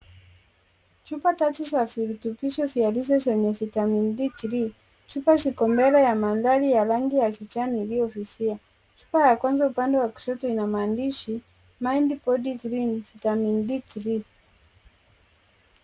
Chupa tatu za virutubisho vya lishe zenye vitamin D3 . Chupa ziko mbele ya mandhari ya rangi ya kijani iliyofifia. Chupa ya kwanza upande wa kushoto ina maandishi, mind body cream Vitamin D3 .